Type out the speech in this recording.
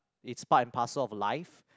is part and parcel of life